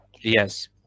Yes